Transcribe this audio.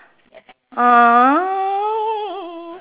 !huh!